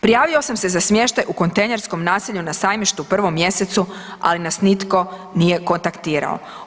Prijavio sam se za smještaj u kontejnerskom naselju na Sajmištu u prvom mjesecu, ali nas nitko nije kontaktirao.